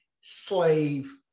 slave